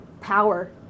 power